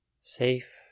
Safe